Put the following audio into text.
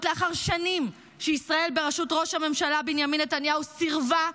לאחר שנים שישראל בראשות ראש הממשלה בנימין נתניהו סירבה,